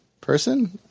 person